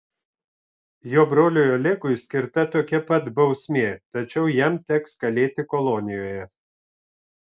jo broliui olegui skirta tokia pat bausmė tačiau jam teks kalėti kolonijoje